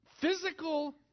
Physical